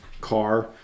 car